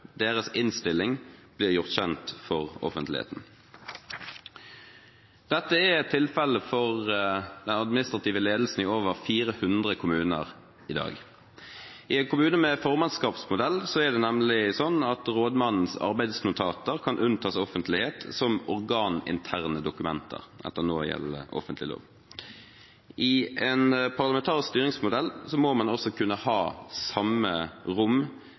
deres innstilling blir gjort kjent for offentligheten. Dette er tilfelle for den administrative ledelsen i over 400 kommuner i dag. I en kommune med formannskapsmodell er det nemlig sånn at rådmannens arbeidsnotater kan unntas offentlighet som organinterne dokumenter etter någjeldende offentlighetslov. I en parlamentarisk styringsmodell må man også kunne ha samme rom